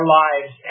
lives